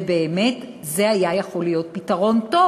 ובאמת זה היה יכול להיות פתרון טוב,